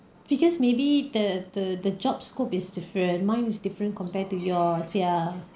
because maybe the the the job scope is different mine is different compared to yours ya